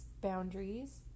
boundaries